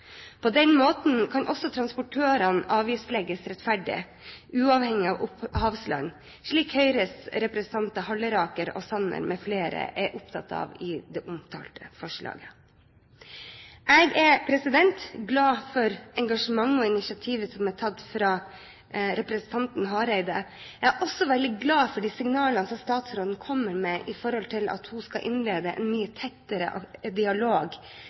På den måten kan også transportørene avgiftslegges rettferdig, uavhengig av opphavsland, slik Høyres representanter, Halleraker og Sanner m.fl., er opptatt av i det omtalte forslaget. Jeg er glad for engasjementet og initiativet som er tatt fra representanten Hareide. Jeg er også veldig glad for de signalene som statsråden kommer med om at hun skal innlede en mye tettere dialog